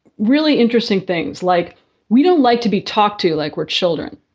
really interesting things like we don't like to be talked to, like were children.